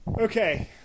Okay